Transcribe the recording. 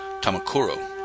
Tamakuro